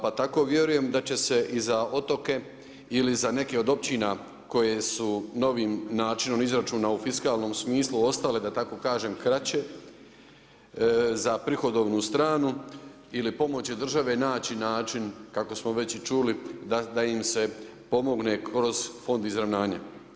Pa tako vjerujem da će se i za otoke ili za neke od općina koje su novim načinom izračuna u fiskalnom smislu ostale da tako kažem kraće za prihodovnu stranu ili pomoći države naći način kako smo već i čuli da im se pomogne kroz fond izravnanja.